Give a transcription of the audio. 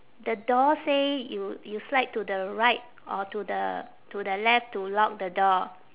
the door say you you slide to the right or to the to the left to lock the door